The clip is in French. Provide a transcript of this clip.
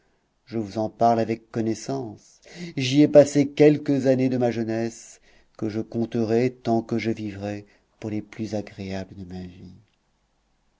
je vous en parle avec connaissance j'y ai passé quelques années de ma jeunesse que je compterai tant que je vivrai pour les plus agréables de ma vie